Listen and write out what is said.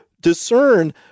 discern